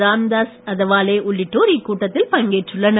ராம்தாஸ் அதவாலே உள்ளிட்டோர் இக்கூட்டத்தில் பங்கேற்றுள்ளனர்